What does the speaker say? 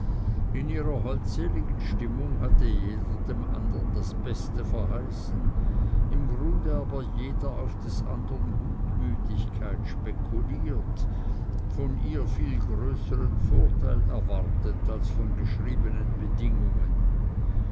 in ihrer holdseligen stimmung hatte jeder dem andern das beste verheißen im grunde aber jeder auf des andern gutmütigkeit spekuliert von ihr viel größern vorteil erwartet als von geschriebenen bedingungen